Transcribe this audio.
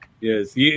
Yes